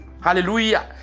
Hallelujah